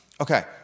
okay